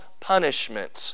punishments